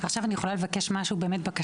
אני מבקשת.